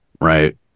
right